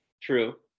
True